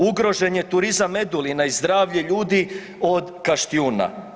Ugrožen je turizam Medulina i zdravlje ljudi od Kaštiuna.